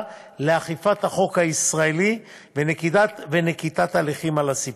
לאכיפת החוק הישראלי ונקיטת הליכים על הסיפון.